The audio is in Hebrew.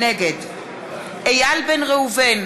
נגד איל בן ראובן,